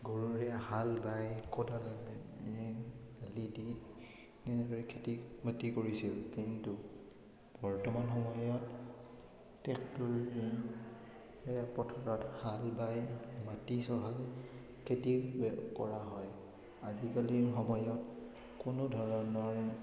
গৰুৰে হাল বাই তেনেদৰে খেতি বাতি কৰিছিল কিন্তু বৰ্তমান সময়ত ট্ৰেক্টৰেৰে পথাৰত হাল বাই মাটি চহাই খেতি কৰা হয় আজিকালিৰ সময়ত কোনো ধৰণৰ